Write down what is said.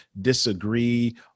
disagree